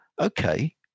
okay